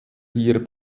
hier